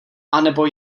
anebo